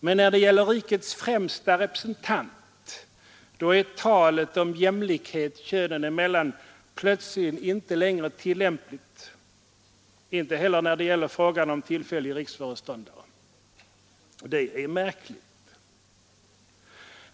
Men när det gäller rikets främste representant är talet om jämlikhet könen emellan inte längre tillämpligt — inte heller när det gäller tillfällig riksföreståndare. Det är märkligt.